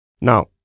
Now